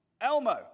Elmo